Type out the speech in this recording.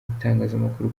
itangazamakuru